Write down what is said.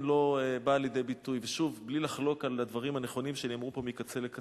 לא, יש לך עוד דקה.